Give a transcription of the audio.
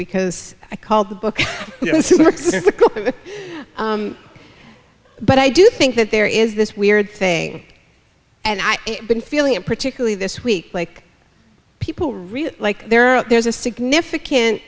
because i call the book but i do think that there is this weird thing and i been feeling particularly this week like people really like there are there's a significant